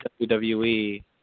WWE